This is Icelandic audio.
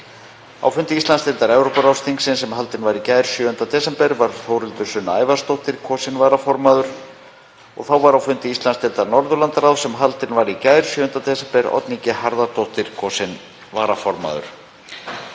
Á fundi Íslandsdeildar Evrópuráðsþingsins sem haldinn var í gær, 7. desember, var Þórhildur Sunna Ævarsdóttir kosin varaformaður. Þá var á fundi Íslandsdeildar Norðurlandaráðs sem haldinn var í gær, 7. desember, Oddný G. Harðardóttir kosin varaformaður.